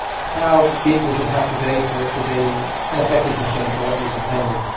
how big does it have to be for it to be an effective machine for what you've intended?